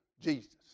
Jesus